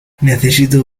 necesito